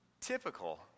typical